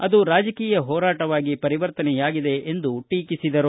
ಅದು ರಾಜಕೀಯ ಹೋರಾಟವಾಗಿ ಪರಿವರ್ತನೆಯಾಗಿದೆ ಎಂದು ಟೀಕಿಸಿದರು